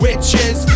Witches